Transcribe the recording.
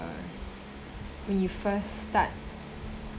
uh when you first start